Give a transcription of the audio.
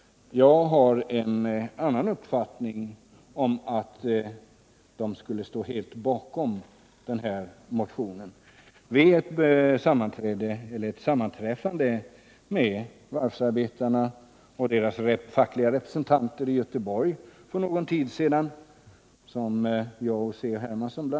Jag har en annan uppfattning när det gäller att varvsarbetarna skulle stå helt bakom den här motionen. Vid ett sammanträffande med varvsarbetarna och deras fackliga representanter i Göteborg för någon tid sedan, som bl.a. jag och C.-H.